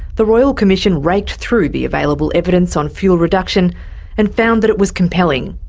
the royal commission raked through the available evidence on fuel reduction and found that it was compelling,